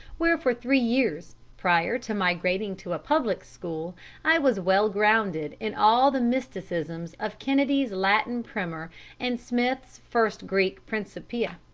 where for three years prior to migrating to a public school i was well grounded in all the mysticisms of kennedy's latin primer and smith's first greek principia.